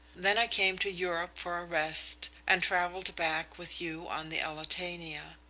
then i came to europe for a rest and travelled back with you on the elletania.